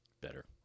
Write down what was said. better